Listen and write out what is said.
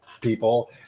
people